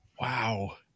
Wow